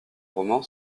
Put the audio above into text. roman